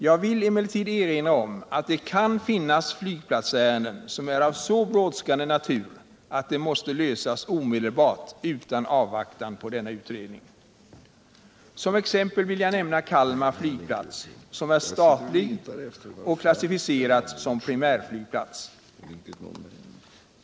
Jag vill emellertid erinra om att det kan finnas flygplatsärenden som är av så brådskande natur att de måste lösas omedelbart, utan att avvakta denna utredning. Som exempel vill jag nämna Kalmar flygplats, som är statlig och som har klassificerats som primärflygplats.